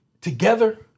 together